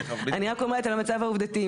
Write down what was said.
אני רק אומרת את המצב העובדתי.